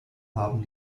haben